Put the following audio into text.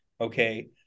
okay